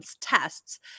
tests